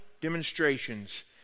demonstrations